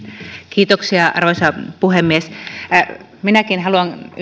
kiitoksia arvoisa puhemies minäkin haluan yhtyä